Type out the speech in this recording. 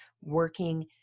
working